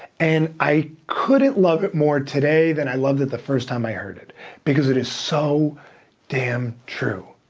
and i couldn't love it more today than i loved it the first time i heard it because it is so damn true.